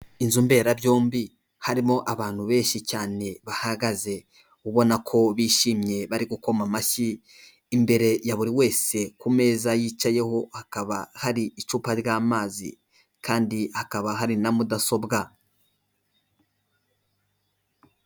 Inzu mbera byombi harimo abantu benshi cyane bahagaze, ubona ko bishimye bari gukoma amashyi, imbere ya buri wese ku meza yicayeho hakaba hari icupa ry'amazi, kandi hakaba hari na mudasobwa.